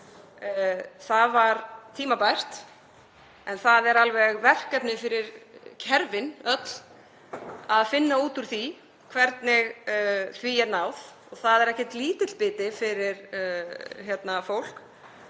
Það var tímabært. En það er alveg verkefni fyrir kerfin öll að finna út úr því hvernig því verður náð. Það er ekki lítill biti fyrir fólk,